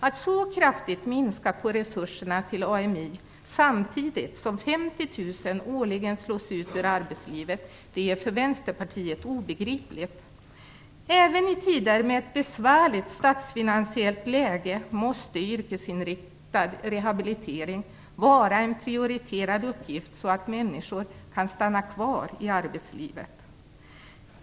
Att så kraftigt minska på resurserna till AMI samtidigt som 50 000 årligen slås ut ur arbetslivet är för Vänsterpartiet obegripligt. Även i tider med ett besvärligt statsfinansiellt läge måste yrkesinriktad rehabilitering vara en prioriterad uppgift, så att människor kan stanna kvar i arbetslivet.